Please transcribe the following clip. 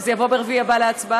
וזה יבוא ביום רביעי הבא להצבעה?